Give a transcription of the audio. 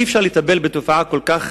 אי-אפשר לטפל בתופעה כל כך